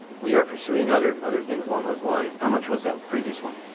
we are pursuing other other things on those lines. how much was that previous one?